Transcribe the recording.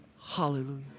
Hallelujah